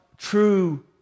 True